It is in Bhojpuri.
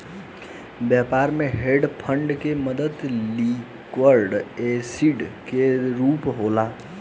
व्यापार में हेज फंड के मदद लिक्विड एसिड के रूप होला